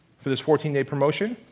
for this fourteen day promotion.